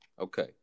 okay